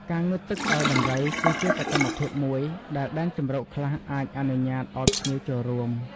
ការងូតទឹកឲ្យដំរី គឺជាសកម្មភាពមួយដែល ដែនជម្រកខ្លះអាចអនុញ្ញាតឲ្យភ្ញៀវចូលរួម។